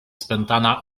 spętana